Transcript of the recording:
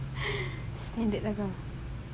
standard lah kau